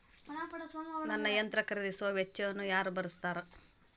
ನನ್ನ ಯಂತ್ರ ಖರೇದಿಸುವ ವೆಚ್ಚವನ್ನು ಯಾರ ಭರ್ಸತಾರ್?